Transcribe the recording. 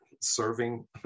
serving